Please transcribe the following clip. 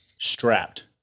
strapped